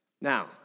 Now